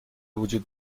وجود